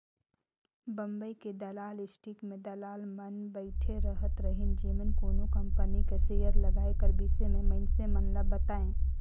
बंबई के दलाल स्टीक में दलाल मन बइठे रहत रहिन जेमन कोनो कंपनी कर सेयर लगाए कर बिसे में मइनसे मन ल बतांए